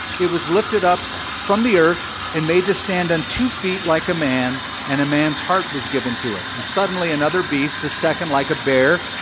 it was lifted up from the earth and made to stand on two feet like a man and a man's heart was given to it. and suddenly, another beast, a second like a bear,